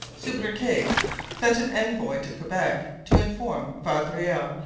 subercase sent an envoy to quebec, to inform vaudreuil,